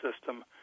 system